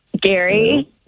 Gary